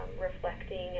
reflecting